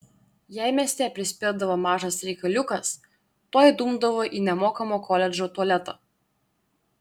jei mieste prispirdavo mažas reikaliukas tuoj dumdavo į nemokamą koledžo tualetą